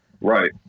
Right